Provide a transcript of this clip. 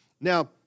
Now